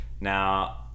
Now